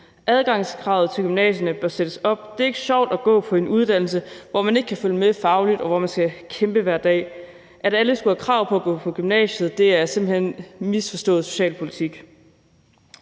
Adgangskravet til gymnasierne bør sættes op. Det er ikke sjovt at gå på en uddannelse, hvor man ikke kan følge med fagligt, og hvor man skal kæmpe hver dag. At alle skulle have krav på at gå i gymnasiet, er simpelt hen misforstået socialpolitik.